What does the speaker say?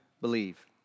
believe